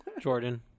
Jordan